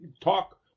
talk